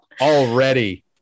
Already